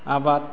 आबाद